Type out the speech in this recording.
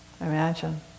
imagine